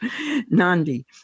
Nandi